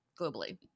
globally